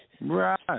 Right